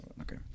Okay